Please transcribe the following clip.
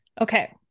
Okay